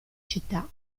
città